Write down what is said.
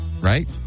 right